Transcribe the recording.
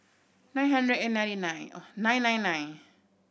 nine hundred and ninety nine nine nine nine